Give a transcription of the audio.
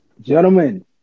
Gentlemen